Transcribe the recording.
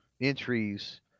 entries